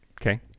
okay